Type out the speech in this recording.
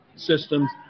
systems